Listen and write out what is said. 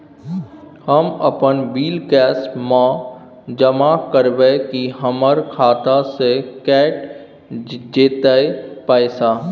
हम अपन bill cash म जमा करबै की हमर खाता स कैट जेतै पैसा?